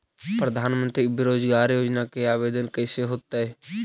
प्रधानमंत्री बेरोजगार योजना के आवेदन कैसे होतै?